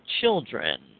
children